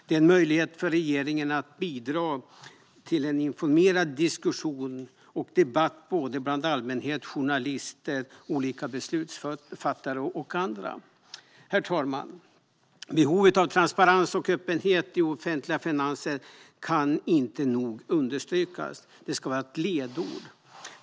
Det är en möjlighet för regeringen att bidra till en informerad diskussion och debatt bland allmänheten, journalister, olika beslutsfattare och andra. Herr talman! Behovet av transparens och öppenhet i offentliga finanser kan inte nog understrykas. Det ska vara ett ledord.